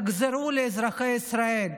תחזרו לאזרחי ישראל.